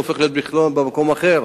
הוא הופך בכלל להיות במקום אחר.